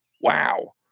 Wow